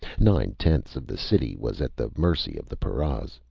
nine-tenths of the city was at the mercy of the paras.